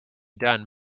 done